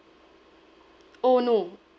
oh no